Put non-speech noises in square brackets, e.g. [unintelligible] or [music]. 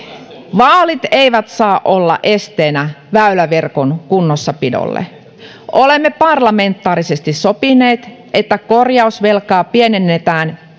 vaalit eivät saa olla esteenä väyläverkon kunnossapidolle olemme parlamentaarisesti sopineet että korjausvelkaa pienennetään [unintelligible]